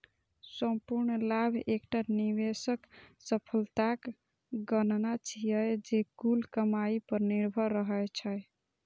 संपूर्ण लाभ एकटा निवेशक सफलताक गणना छियै, जे कुल कमाइ पर निर्भर रहै छै